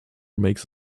makes